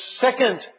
second